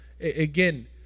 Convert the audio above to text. again